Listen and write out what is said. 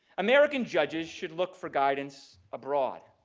american judges should look for guidance abroad.